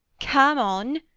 come on.